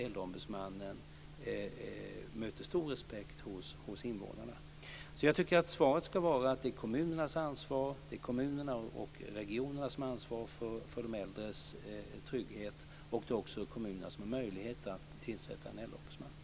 Äldreombudsmannen möter stor respekt hos invånarna där. Jag menar alltså att det är kommunerna och regionerna som har ansvaret för de äldres trygghet. Det är också kommunerna som har möjlighet att tillsätta en äldreombudsman.